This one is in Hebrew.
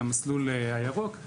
המסלול הירוק.